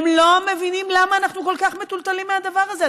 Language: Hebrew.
הם לא מבינים למה אנחנו כל כך מטולטלים מהדבר הזה.